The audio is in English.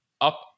up